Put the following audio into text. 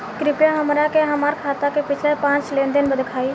कृपया हमरा के हमार खाता के पिछला पांच लेनदेन देखाईं